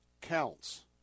counts